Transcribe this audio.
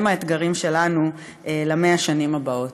והם האתגרים שלנו ל-100 השנים הבאות.